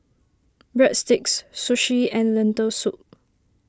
Breadsticks Sushi and Lentil Soup